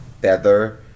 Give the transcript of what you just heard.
feather